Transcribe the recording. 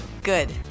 Good